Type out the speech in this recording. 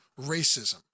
racism